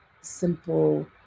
simple